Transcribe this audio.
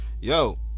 Yo